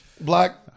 black